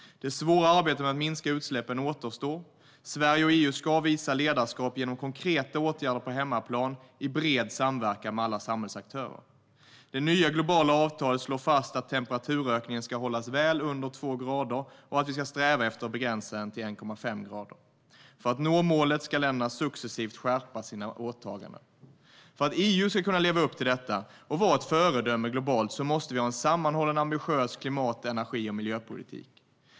Det svåra arbetet med att minska utsläppen återstår. För att EU ska kunna leva upp till detta och vara ett föredöme globalt måste vi ha en sammanhållen och ambitiös klimat, energi och miljöpolitik.